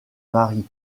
mary